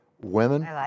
Women